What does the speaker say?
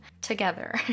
together